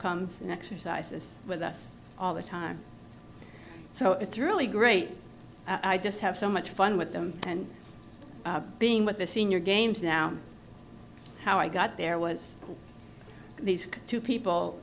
comes next isis with us all the time so it's really great i just have so much fun with them and being with the senior games now how i got there was these two people